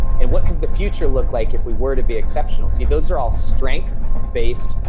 and what can the future look like if we were to be exceptional? see, those are all strengths-based